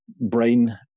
brain